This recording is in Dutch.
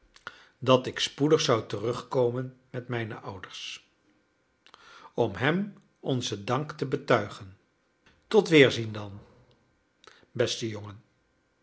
dat ik spoedig zou terugkomen met mijne ouders om hem onzen dank te betuigen tot weerzien dan beste jongen